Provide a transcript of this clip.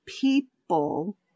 people